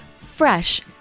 fresh